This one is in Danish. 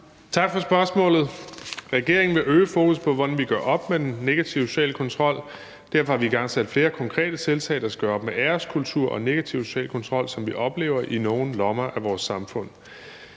Tak for spørgsmålet. Regeringen vil øge fokus på, hvordan vi gør op med den negative sociale kontrol. Derfor har vi igangsat flere konkrete tiltag, der skal gøre op med æreskultur og negativ social kontrol, som vi oplever i nogle lommer af vores samfund.